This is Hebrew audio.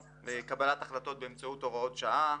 1. קבלת החלטות באמצעות "הוראות שעה".